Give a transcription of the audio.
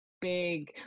big